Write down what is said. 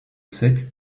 sick